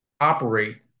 operate